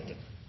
er i